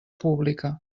pública